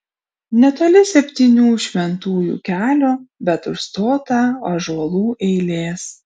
netoli septynių šventųjų kelio bet užstotą ąžuolų eilės